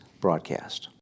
broadcast